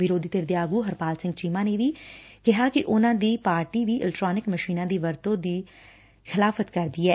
ਵਿਰੋਧੀ ਧਿਰ ਦੇ ਆਗੂ ਹਰਪਾਲ ਸਿੰਘ ਚੀਮਾ ਨੇ ਵੀ ਕਿਹਾ ਕਿ ਉਨ੍ਨਾਂ ਦੀ ਪਾਰਟੀ ਵੀ ਇਲੈਕਟ੍ਾਨਿਕ ਮਸ਼ੀਨਾਂ ਦੀ ਵਰਤੋ ਦੀ ਖਿਲਾਫ਼ਤ ਕਰਦੀ ਐ